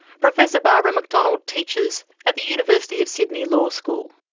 professor barbara mcdonald teaches at the university of sydney law school.